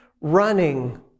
running